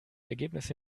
ergebnisse